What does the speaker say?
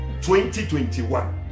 2021